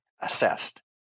assessed